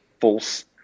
false